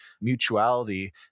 mutuality